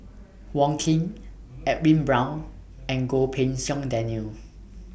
Wong Keen Edwin Brown and Goh Pei Siong Daniel